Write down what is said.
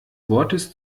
wortes